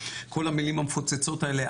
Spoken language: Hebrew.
כל המילים המפוצצות האלה,